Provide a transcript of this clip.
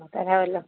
തരാവല്ലോ